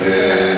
אוקיי.